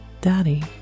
Daddy